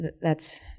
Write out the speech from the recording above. thats